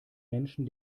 menschen